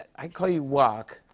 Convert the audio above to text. i call you joaq.